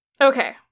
Okay